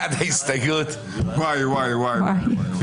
נצביע על הסתייגות 215. מי בעד?